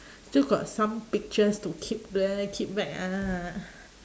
still got some pictures to keep there keep back ah